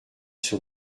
sur